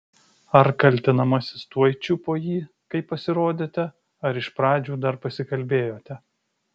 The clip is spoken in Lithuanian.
ar kaltinamasis tuoj čiupo jį kai pasirodėte ar iš pradžių dar pasikalbėjote